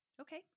Okay